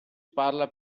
parla